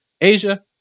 Asia